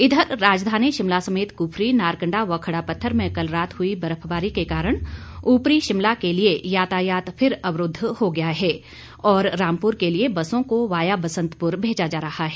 इधर राजधानी शिमला समेत कुफरी नारकंडा व खड़ा पत्थर में कल रात हुई बर्फबारी के कारण ऊपरी शिमला के लिए यातायात फिर अवरूद्व हो गया है और रामपुर के लिये बसों को वाया बसंतपुर भेजा जा रहा है